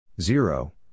zero